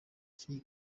cy’i